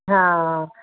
ਹਾਂ